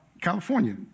California